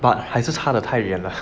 but 还是差的太远了